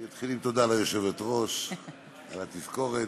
נתחיל עם תודה ליושבת-ראש על התזכורת.